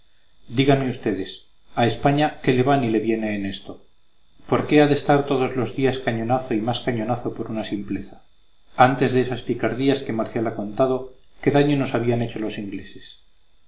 díganme ustedes a españa qué le va ni le viene en esto por qué ha de estar todos los días cañonazo y más cañonazo por una simpleza antes de esas picardías que marcial ha contado qué daño nos habían hecho los ingleses